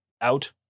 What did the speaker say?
out